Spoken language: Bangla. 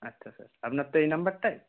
আচ্ছা স্যার আপনার তো এই নাম্বারটাই